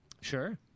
Sure